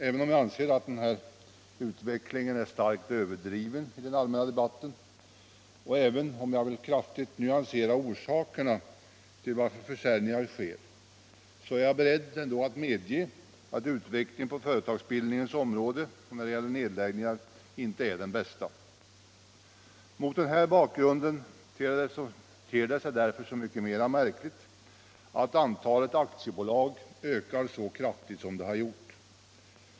Även om jag anser att denna utveckling är starkt överdriven i den allmänna debatten och även om jag vill kraftigt nyansera orsakerna till att försäljningarna sker, är jag ändå beredd att medge att utvecklingen på företagsbildningens område och när det gäller nedläggningar inte är den bästa. Mot denna bakgrund ter sig det därför så mycket mera märkligt att antalet aktiebolag ökar så kraftigt som det har gjort.